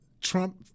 Trump